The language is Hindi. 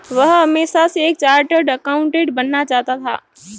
वह हमेशा से एक चार्टर्ड एकाउंटेंट बनना चाहता था